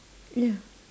ya